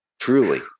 truly